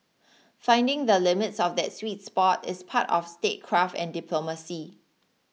finding the limits of that sweet spot is part of statecraft and diplomacy